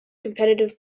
competitive